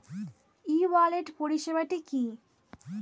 ই wallet পরিষেবাটি কি?